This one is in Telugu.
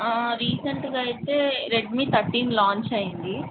రీసెంట్గా అయితే రెడ్మీ థర్టీన్ లాంచ్ అయ్యింది